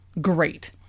Great